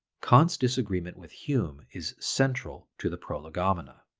kant's disagreement with hume is central to the prolegomena.